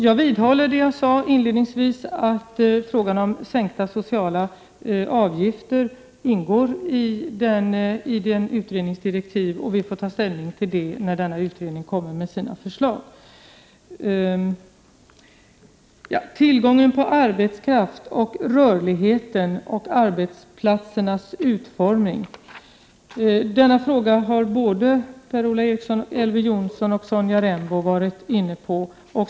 Jag vidhåller det jag sade inledningsvis, att frågan om sänkta socialavgifter ingår i utredningsdirektiven och att vi får ta ställning när utredningen kommer med sina förslag. Beträffande tillgången på arbetskraft, rörligheten och arbetsplatsernas utformning: Denna fråga har både Per-Ola Eriksson, Elver Jonsson och Sonja Rembo varit inne på.